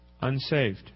Unsaved